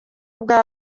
bwa